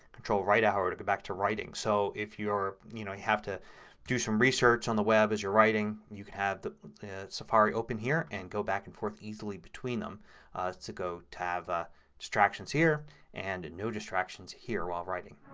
control right arrow to go back to writing. so if you know you have to do some research on the web as you're writing you can have safari open here and go back and forth easily between them to go to have ah distractions here and no distractions here while writing.